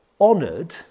honoured